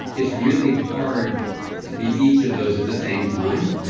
it's really hard to be each of those at the same time,